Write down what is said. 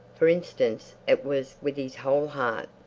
for instance it was with his whole heart.